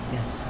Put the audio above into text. Yes